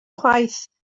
chwaith